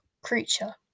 Creature